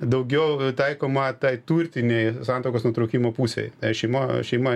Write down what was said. daugiau taikoma tai turtinei santuokos nutraukimo pusei šeima šeima